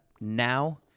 now